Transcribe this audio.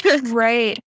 right